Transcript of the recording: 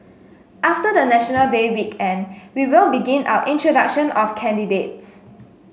after the National Day weekend we will begin our introduction of candidates